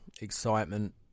Excitement